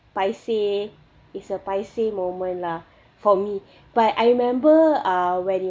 paiseh it's a paiseh moment lah for me but I remember uh when